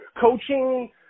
Coaching